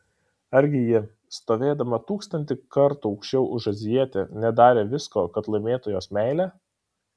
argi ji stovėdama tūkstantį kartų aukščiau už azijietę nedarė visko kad laimėtų jos meilę